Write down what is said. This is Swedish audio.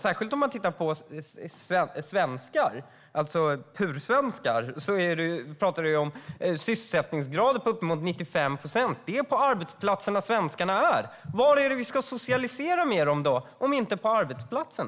Särskilt om vi tittar på "pursvenskar" pratar vi om en sysselsättningsgrad på upp till 95 procent. Det är på arbetsplatserna svenskarna befinner sig. Var är det man ska socialiseras med svenskarna om det inte är på arbetsplatsen?